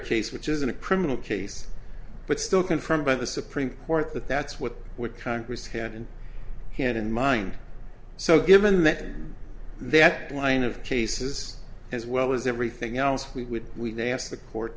case which is in a criminal case but still confirmed by the supreme court that that's what what congress had and had in mind so given that that line of cases as well as everything else we would we they asked the court